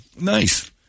nice